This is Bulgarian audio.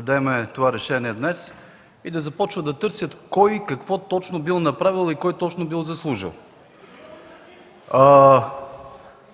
вземем това решение днес, и да започват да търсят кой какво точно бил направил и кой какво бил заслужил.